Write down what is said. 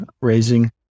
raising